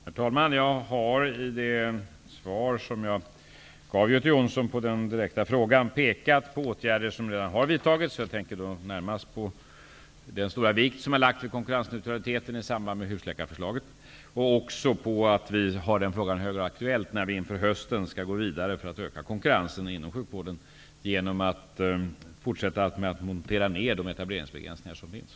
Herr talman! Jag har i det svar som jag gav Göte Jonsson på den direkta frågan pekat på åtgärder som redan har vidtagits. Jag tänker då närmast på den stora vikt som har lagts vid konkurrensneutraliteten i samband med husläkarförslaget och också på att vi har den frågan i hög grad aktuell när vi inför hösten skall gå vidare för att öka konkurrensen inom sjukvården genom att fortsätta att montera ned de etableringsbegränsningar som finns.